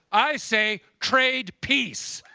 i say trade peace!